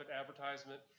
advertisement